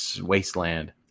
wasteland